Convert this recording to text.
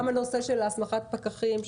גם הנושא של הסמכת פקחים,